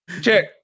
Check